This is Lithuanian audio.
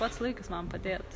pats laikas man padėt